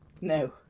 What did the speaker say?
No